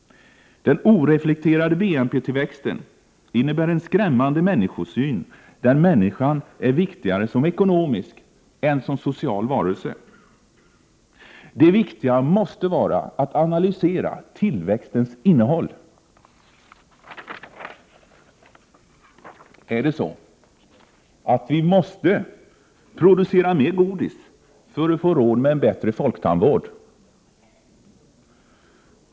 Den oreflekterade BNP-tillväxten innebär en skrämmande människosyn, där människan är viktigare som ekonomisk än Prot. 1988/89:59 som social varelse. Det viktiga måste vara att analysera tillväxtens innehåll. — 1 februari 1989 Måste vi producera mer godis för att få råd med en bättre folktandvård?